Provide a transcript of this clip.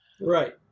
Right